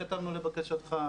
שכתבנו לבקשתך,